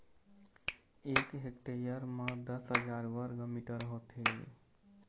एक हेक्टेयर म दस हजार वर्ग मीटर होथे